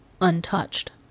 untouched